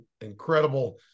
incredible